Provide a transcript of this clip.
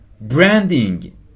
branding